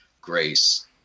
grace